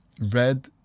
Red